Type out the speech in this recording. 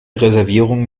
reservierungen